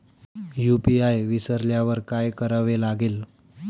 UPI विसरल्यावर काय करावे लागेल?